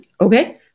okay